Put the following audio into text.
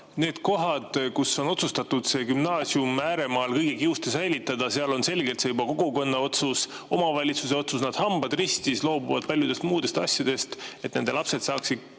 Need kohad, kus on otsustatud see gümnaasium ääremaal kõige kiuste säilitada – seal on see selgelt juba kogukonna otsus, omavalitsuse otsus. Nad, hambad ristis, loobuvad paljudest muudest asjadest, et nende lapsed saaksid